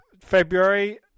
February